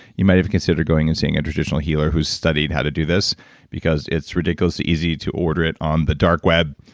you might have considered going and seeing a traditional healer who studied how to do this because it's ridiculously easy to order it on the dark web.